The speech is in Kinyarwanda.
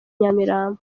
nyamirambo